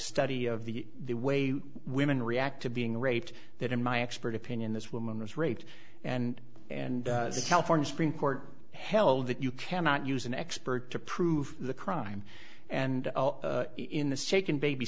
study of the way women react to being raped that in my expert opinion this woman was raped and and the california supreme court held that you cannot use an expert to prove the crime and in the shaken baby